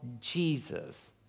Jesus